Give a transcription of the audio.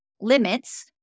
limits